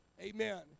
Amen